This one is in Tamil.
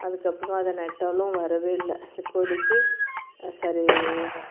அதுக்கப்புறமா அதை நட்டாலும் வரவே இல்லை இப்போதிக்கு சரி